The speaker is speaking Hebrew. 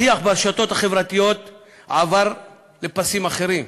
השיח ברשתות החברתיות עבר לפסים אחרים,